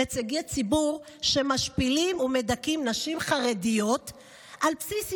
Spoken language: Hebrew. נציגי ציבור שמשפילים ומדכאים נשים חרדיות על בסיס יומי.